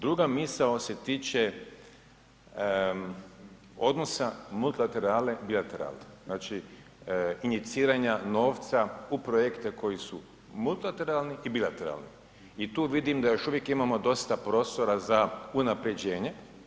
Druga misao se tiče odnosa multilateralne i bilateralne, znači iniciranja novca u projekte koji su multilateralni i bilateralni i tu vidim da još uvijek imamo dosta prostora za unapređenje.